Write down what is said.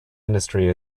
industry